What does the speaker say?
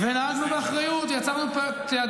מה היה הגירעון?